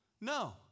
No